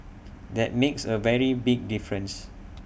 that makes A very big difference